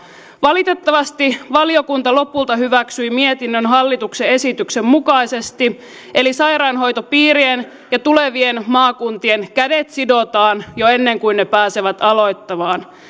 valitettavasti valiokunta lopulta hyväksyi mietinnön hallituksen esityksen mukaisesti eli sairaanhoitopiirien ja tulevien maakuntien kädet sidotaan jo ennen kuin ne pääsevät aloittamaan